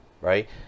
right